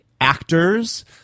actors